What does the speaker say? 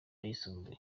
ayisumbuye